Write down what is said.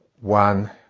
one